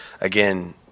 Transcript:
again